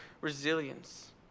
resilience